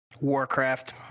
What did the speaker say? Warcraft